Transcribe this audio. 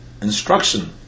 instruction